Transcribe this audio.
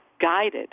guided